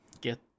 get